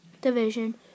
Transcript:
division